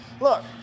Look